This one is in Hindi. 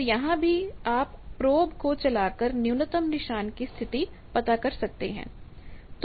पर यहां भी आप प्रोब को चला कर न्यूनतम निशान की स्थिति पता कर सकते हैं